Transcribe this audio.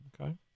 Okay